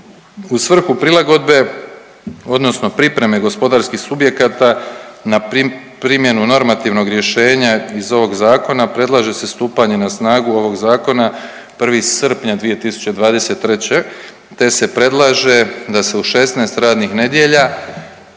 U svrhu prilagodbe odnosno pripreme gospodarskih subjekata na primjenu normativnog rješenja iz ovog zakona predlaže se stupanje na snagu ovog zakona 1. srpnja 2023. te se predlaže da se u 16 radnih nedjelja